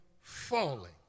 falling